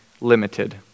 limited